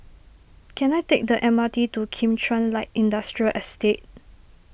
can I take the M R T to Kim Chuan Light Industrial Estate